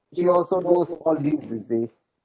she also knows all this you see